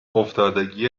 افتادگی